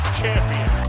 champion